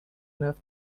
enough